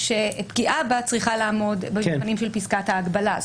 שפגיעה בה צריכה לעמוד במבחנים של פסקת ההגבלה.